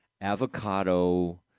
avocado